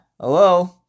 Hello